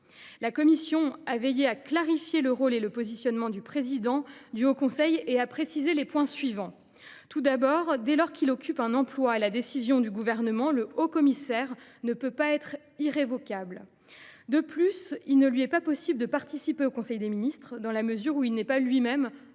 La commission a veillé à clarifier le rôle et le positionnement du président et a précisé les points suivants. Dès lors qu’il occupe un emploi à la décision du Gouvernement, le haut commissaire ne peut pas être irrévocable. De plus, il ne lui est pas possible de participer au conseil des ministres dans la mesure où il n’est pas lui même